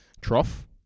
Trough